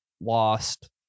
lost